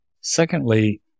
secondly